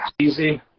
easy